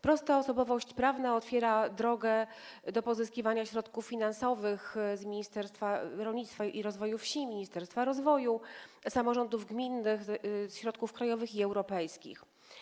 Prosta osobowość prawna otwiera drogę do pozyskiwania środków finansowych z Ministerstwa Rolnictwa i Rozwoju Wsi, ministerstwa rozwoju, samorządów gminnych, środków krajowych i europejskich.